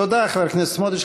תודה, חבר הכנסת סמוטריץ.